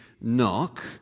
knock